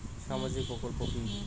সামাজিক প্রকল্প কি?